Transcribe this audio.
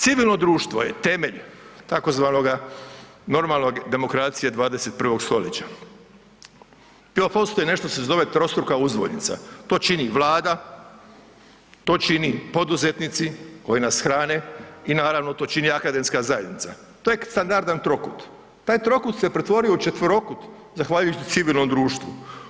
Civilno društvo je temelj tzv. normalnog demokracije 21. stoljeća. … [[Govornik se ne razumije]] postoji nešto što se zovi trostruka uzvojnica, to čini vlada, to čini poduzetnici koji nas hrane, i naravno to čini akademska zajednica, to je standardan trokut, taj trokut se pretvorio u četverokut zahvaljujući civilnom društvu.